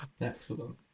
Excellent